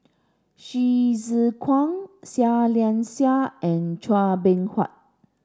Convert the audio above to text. Hsu Tse Kwang Seah Liang Seah and Chua Beng Huat